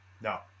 No